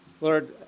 Lord